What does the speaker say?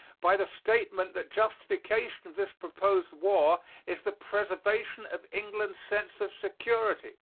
by the statement that justification of this proposed war is the preservation of england's sense of security.